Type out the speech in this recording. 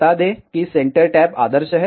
बता दें कि सेंटर टैप आदर्श है